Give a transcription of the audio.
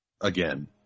Again